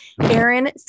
aaron